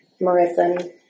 Marissa